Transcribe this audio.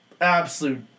absolute